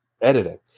editing